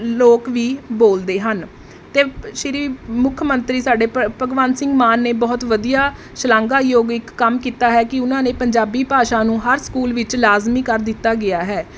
ਲੋਕ ਵੀ ਬੋਲਦੇ ਹਨ ਅਤੇ ਸ਼੍ਰੀ ਮੁੱਖ ਮੰਤਰੀ ਸਾਡੇ ਭ ਭਗਵੰਤ ਸਿੰਘ ਮਾਨ ਨੇ ਬਹੁਤ ਵਧੀਆ ਸ਼ਲਾਘਾ ਯੋਗ ਇੱਕ ਕੰਮ ਕੀਤਾ ਹੈ ਕਿ ਉਹਨਾਂ ਨੇ ਪੰਜਾਬੀ ਭਾਸ਼ਾ ਨੂੰ ਹਰ ਸਕੂਲ ਵਿੱਚ ਲਾਜ਼ਮੀ ਕਰ ਦਿੱਤਾ ਗਿਆ ਹੈ